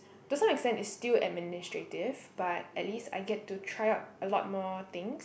to some extent it's still administrative but at least I get to try out a lot more things